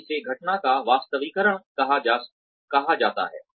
तो इसे घटनाओं का वास्तविकरण कहा जाता है